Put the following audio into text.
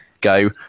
go